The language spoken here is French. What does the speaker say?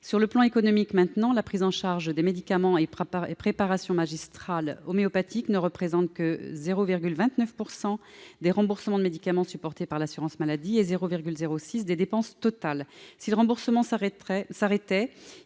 Sur le plan économique, la prise en charge des médicaments et préparations magistrales homéopathiques ne représente que 0,29 % des remboursements de médicaments supportés par l'assurance maladie et 0,06 % des dépenses totales. Si l'on mettait